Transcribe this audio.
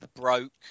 broke